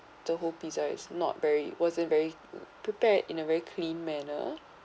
the whole pizza is not very wasn't very prepared in a very clean manner